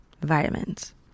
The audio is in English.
vitamins